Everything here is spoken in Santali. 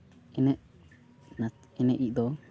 ᱮᱱᱮᱡ ᱮᱱᱮᱡ ᱤᱡ ᱫᱚ